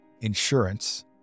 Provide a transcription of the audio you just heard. insurance